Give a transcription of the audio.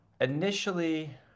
initially